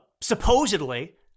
supposedly